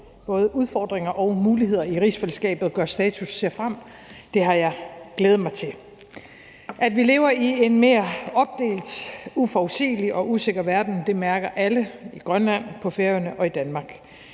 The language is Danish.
både udfordringer og muligheder i rigsfællesskabet og gør status og ser frem. Det har jeg glædet mig til. At vi lever i en mere opdelt, uforudsigelig og usikker verden mærker alle i Grønland, på Færøerne og i Danmark,